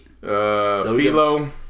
Philo